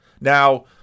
Now